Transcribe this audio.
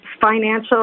financial